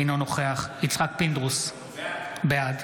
אינו נוכח יצחק פינדרוס, בעד